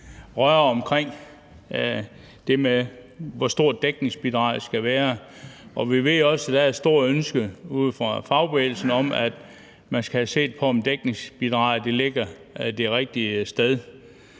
røre omkring det her med, hvor stort dækningsbidraget skal være, og vi ved også, at der er et stort ønske ude fra fagbevægelsen om, at man skal have set på, om dækningsbidraget ligger det rigtige sted.